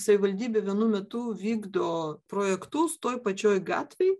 savivaldybė vienu metu vykdo projektus toj pačioj gatvėj